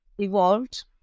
evolved